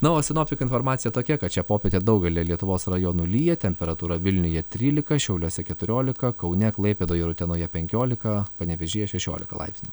na o sinoptikų informacija tokia kad šią popietę daugelyje lietuvos rajonų lyja temperatūra vilniuje trylika šiauliuose keturiolika kaune klaipėdoje ir utenoje penkiolika panevėžyje šešiolika laipsnių